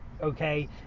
Okay